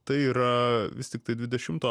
tai yra vis tiktai dvidešimto